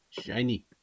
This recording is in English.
shiny